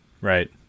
right